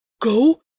Go